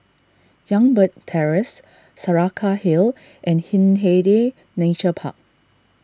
Youngberg Terrace Saraca Hill and Hindhede Nature Park